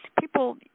People